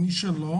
מי שלא